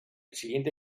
siguiente